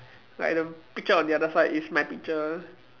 like the picture on the other side is my picture